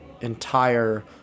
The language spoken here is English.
entire